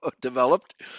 developed